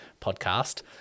podcast